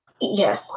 yes